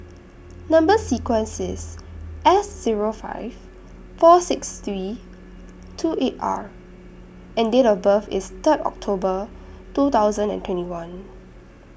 Number sequence IS S Zero five four six three two eight R and Date of birth IS Third October two thousand and twenty one